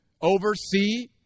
oversee